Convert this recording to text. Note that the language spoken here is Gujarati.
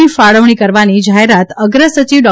ની ફાળવણી કરવાની જાહેરાત અગ્ર સચિવ ડો